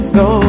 go